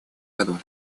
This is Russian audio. году